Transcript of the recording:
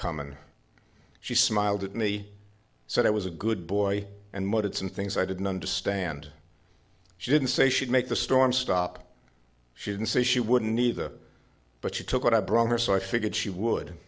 and she smiled at me said i was a good boy and motives and things i didn't understand she didn't say she'd make the storm stop she didn't say she wouldn't neither but she took what i brought her so i figured she would